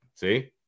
See